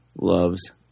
loves